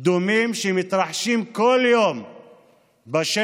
דומים שמתרחשים כל יום בשטח